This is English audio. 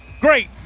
great